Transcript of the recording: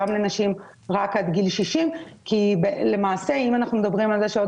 לנשים רק עד גיל 60 כי למעשה אם אנחנו מדברים על כך שעוד